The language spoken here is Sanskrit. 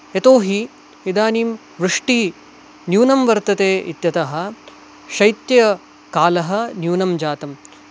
यतोहि इदानीं वृष्टिः न्यूनं वर्तते इत्यतः शैत्यकालः न्यूनं जातम्